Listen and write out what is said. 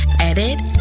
edit